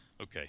okay